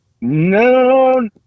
No